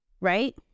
right